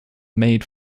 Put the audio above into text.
made